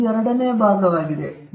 ಆದ್ದರಿಂದ ಇದು ಎರಡನೆಯ ಭಾಗವಾಗಿದೆ